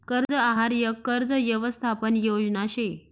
कर्ज आहार यक कर्ज यवसथापन योजना शे